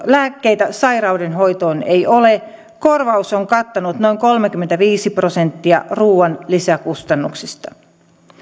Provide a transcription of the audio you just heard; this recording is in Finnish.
lääkkeitä sairauden hoitoon ei ole korvaus on kattanut noin kolmekymmentäviisi prosenttia ruuan lisäkustannuksista